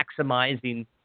maximizing